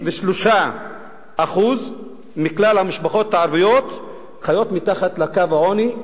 53% מכלל המשפחות הערביות חיות מתחת לקו העוני,